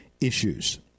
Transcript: issues